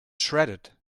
shredded